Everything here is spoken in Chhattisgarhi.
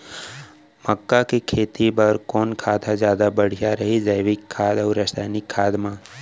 मक्का के खेती बर कोन खाद ह जादा बढ़िया रही, जैविक खाद अऊ रसायनिक खाद मा?